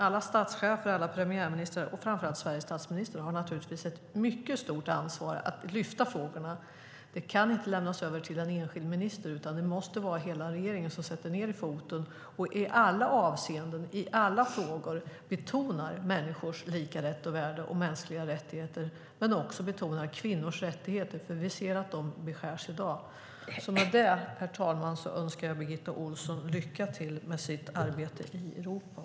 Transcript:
Alla statschefer, alla premiärministrar och framför allt Sverige statsminister har naturligtvis ett mycket stort ansvar för att lyfta fram frågorna. Det kan inte lämnas över till en enskild minister, utan det måste vara hela regeringen som sätter ned foten och i alla avseenden, i alla frågor, betonar människors lika rätt och värde och mänskliga rättigheter. Det handlar också om att betona kvinnors rättigheter, för vi ser att de beskärs i dag. Med det, herr talman, önskar jag Birgitta Ohlsson lycka till med sitt arbete i Europa.